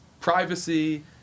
privacy